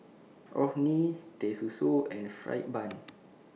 Orh Nee Teh Susu and Fried Bun